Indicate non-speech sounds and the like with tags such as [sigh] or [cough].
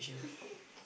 [laughs]